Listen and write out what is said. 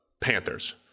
Panthers